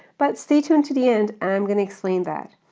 but stay tuned to the end, i'm gonna explain that.